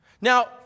Now